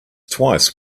twice